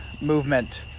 movement